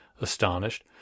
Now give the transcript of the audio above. astonished